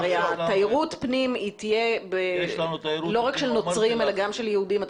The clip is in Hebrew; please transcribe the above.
הרי תיירות הפנים תהיה לא רק של נוצרים אלא גם של יהודים.